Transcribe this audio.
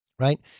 Right